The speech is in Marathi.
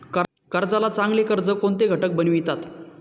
कर्जाला चांगले कर्ज कोणते घटक बनवितात?